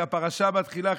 והפרשה מתחילה,